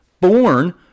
born